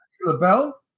LaBelle